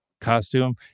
costume